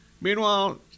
Meanwhile